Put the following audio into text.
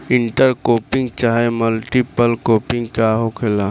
Inter cropping चाहे multiple cropping का होखेला?